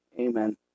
amen